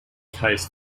case